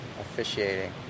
officiating